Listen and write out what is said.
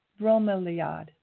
Bromeliad